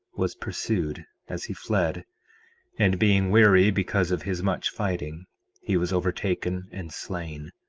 was pursued as he fled and being weary because of his much fighting he was overtaken and slain.